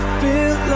feel